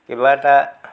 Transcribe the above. কিবা এটা